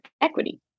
equity